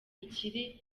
ikiri